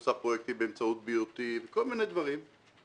עושה פרויקטים באמצעות BOT וכל מיני דברים,